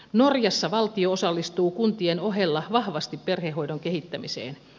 norjassa valtio osallistuu kuntien ohella vahvasti perhehoidon kehittämiseen